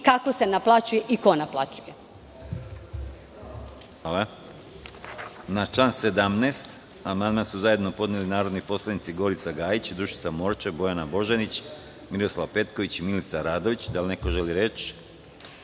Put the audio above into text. kako se naplaćuje i ko naplaćuje.